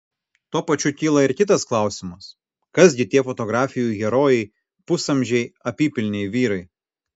tuo pačiu kyla ir kitas klausimas kas gi tie fotografijų herojai pusamžiai apypilniai vyrai